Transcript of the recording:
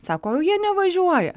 sako jie nevažiuoja